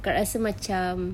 akak rasa macam